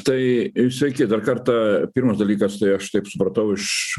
tai sveiki dar kartą pirmas dalykas tai aš taip supratau iš